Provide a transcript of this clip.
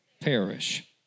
perish